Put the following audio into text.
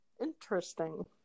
interesting